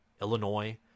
Illinois